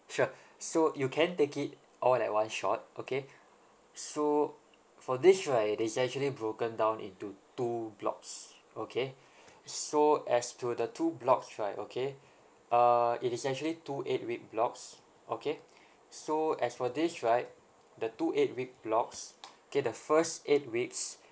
sure so you can take it all at one shot okay so for this right it is actually broken down into two blocks okay so as to the two blocks right okay uh it is actually two eight week blocks okay so as for this right the two eight week blocks K the first eight weeks